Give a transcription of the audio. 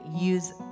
use